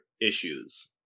issues